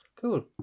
Cool